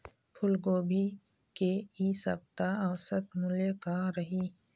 फूलगोभी के इ सप्ता औसत मूल्य का रही?